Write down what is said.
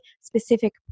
specific